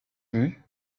but